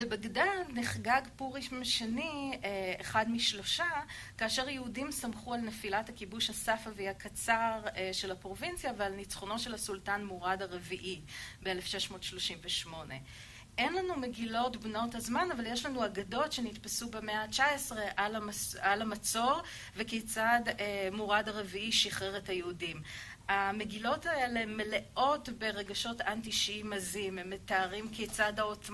בבגדד, נחגג פורים שני, אחד משלושה, כאשר יהודים סמכו על נפילת הכיבוש הספווי הקצר של הפרובינציה, ועל ניצחונו של הסולטן מורד הרביעי ב-1638. אין לנו מגילות בנות הזמן, אבל יש לנו אגדות שנתפסו במאה ה-19 על המצור וכיצד מורד הרביעי שחרר את היהודים. המגילות האלה מלאות ברגשות אנטי-שיעים עזים, הם מתארים כיצד העוצמ...